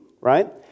right